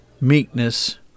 meekness